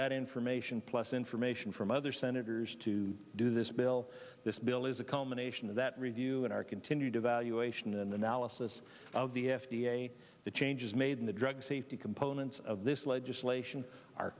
that information plus information from other senators to do this bill this bill is a culmination of that review and our continued evaluation and analysis of the f d a the changes made in the drug safety components of this legislation are